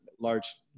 large